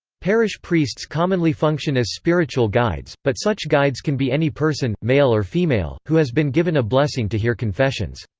parish priests commonly function as spiritual guides, but such guides can be any person, male or female, who has been given a blessing to hear confessions.